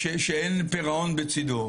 שאין פירעון בצידו.